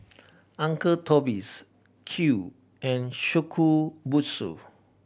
Uncle Toby's Qoo and Shokubutsu